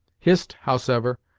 hist, howsever,